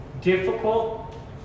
difficult